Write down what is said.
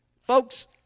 folks